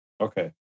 Okay